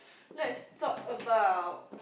let's talk about